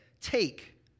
Take